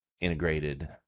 integrated